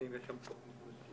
לפלסטינים יש שם תוכנית מסודרת,